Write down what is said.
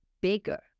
bigger